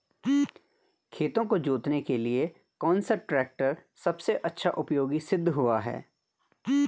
खेतों को जोतने के लिए कौन सा टैक्टर सबसे अच्छा उपयोगी सिद्ध हुआ है?